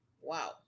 Wow